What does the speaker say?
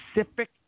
specific